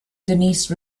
denise